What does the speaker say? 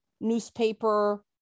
newspaper